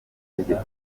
itegeko